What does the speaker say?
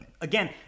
again